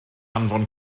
anfon